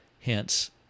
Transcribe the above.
hence